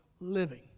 living